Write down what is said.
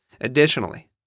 Additionally